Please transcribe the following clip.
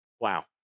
Wow